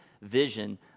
vision